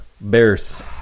Bears